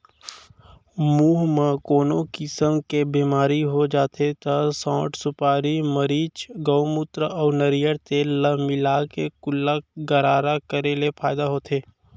मुंह म कोनो किसम के बेमारी हो जाथे त सौंठ, सुपारी, मरीच, गउमूत्र अउ नरियर तेल ल मिलाके कुल्ला गरारा करे ले फायदा होथे